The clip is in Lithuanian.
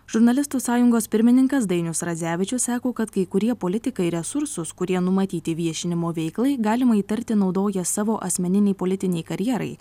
žurnalistų sąjungos pirmininkas dainius radzevičius sako kad kai kurie politikai resursus kurie numatyti viešinimo veiklai galima įtarti naudoja savo asmeninei politinei karjerai